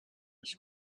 his